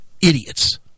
idiots